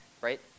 right